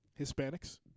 hispanics